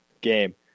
game